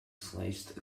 sliced